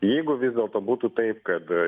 jeigu vis dėlto būtų taip kad